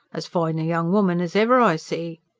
as fine a young woman as ever i see